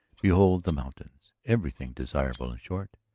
behold the mountains. everything desirable, in short.